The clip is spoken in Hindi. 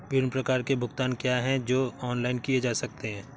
विभिन्न प्रकार के भुगतान क्या हैं जो ऑनलाइन किए जा सकते हैं?